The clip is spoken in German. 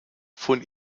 von